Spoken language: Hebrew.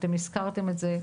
ואתם הזכרתם את זה,